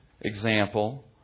example